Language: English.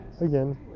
again